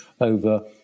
over